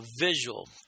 visual